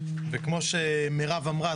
וכמו שמירב אמרה,